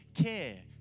care